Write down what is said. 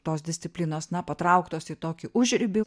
tos disciplinos na patrauktos į tokį užribį